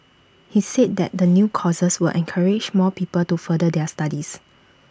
he said that the new courses will encourage more people to further their studies